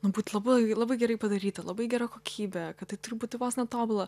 nu būt labai labai gerai padaryta labai gera kokybė kad tai turi būti vos ne tobula